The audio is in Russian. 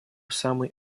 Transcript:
самый